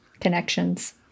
Connections